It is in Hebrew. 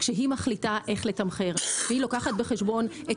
כשהיא מחליטה איך לתמחר היא לוקחת בחשבון את